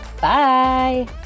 Bye